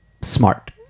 smart